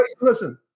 listen